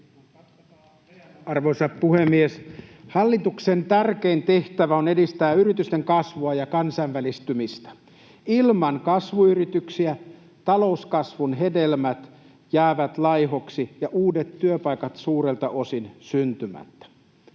Arvoisa puhemies! Hallituksen tärkein tehtävä on edistää yritysten kasvua ja kansainvälistymistä. Ilman kasvuyrityksiä talouskasvun hedelmät jäävät laihoiksi ja uudet työpaikat suurelta osin syntymättä.